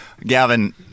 Gavin